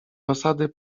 osady